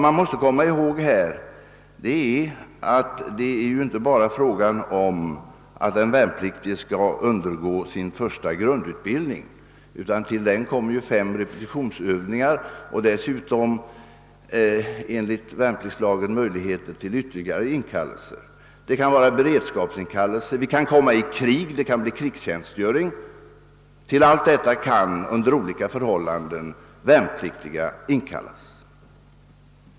Man måste i detta sammanhang hålla i minnet att det inte bara är fråga om den värnpliktiges första grundutbildning utan att därtill kommer fem repetitionsövningar. Dessutom föreligger enligt värnpliktslagen möjlighet till ytterligare inkallelser. Det kan gälla beredskapsinkallelser och i en krigssituation inkallelser för krigstjänstgöring. I alla dessa fall kan värnpliktiga inkallas under olika förhållanden.